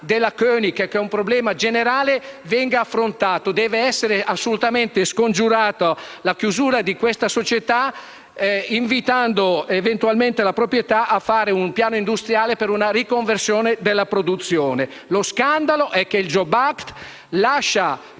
della König, che è un problema generale, venga affrontato. Deve essere assolutamente scongiurata la chiusura di questa società, invitando eventualmente la proprietà a presentare un piano industriale per una riconversione della produzione. Lo scandalo è che il *jobs act* lascia